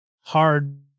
hard